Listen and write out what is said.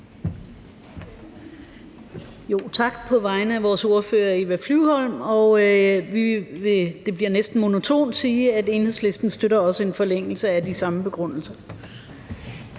Tak på vegne af vores ordfører, Eva Flyvholm, og vi vil – det bliver næsten monotont – sige, at Enhedslisten også støtter en forlængelse med de samme begrundelser.